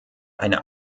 eine